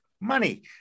money